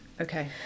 Okay